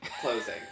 closing